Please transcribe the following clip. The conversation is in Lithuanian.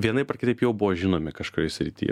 vienaip ar kitaip jau buvo žinomi kažkurioj srity